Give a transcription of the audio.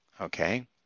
Okay